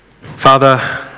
Father